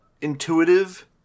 intuitive